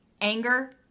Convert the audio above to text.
anger